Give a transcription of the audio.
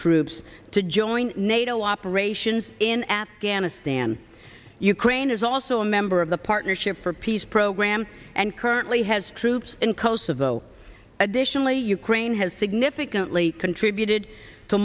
troops to join nato operations in afghanistan ukraine is also a member of the partnership for peace program and currently has troops in kosovo additionally ukraine has significantly contributed to